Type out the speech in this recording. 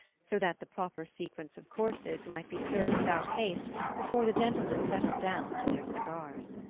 so that the proper sequence of courses might be served without haste before the gentlemen settled down to their cigars.